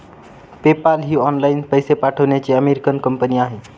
PayPal ही online पैसे पाठवण्याची अमेरिकन कंपनी आहे